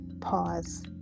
pause